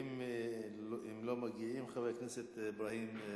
ואם לא מגיעים, חבר הכנסת אברהים צרצור.